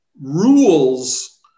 rules